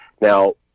Now